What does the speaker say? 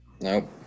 Nope